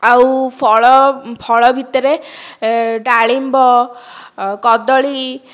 ଆଉ ଫଳ ଫଳ ଭିତରେ ଡାଳିମ୍ବ କଦଳୀ